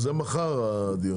מחר.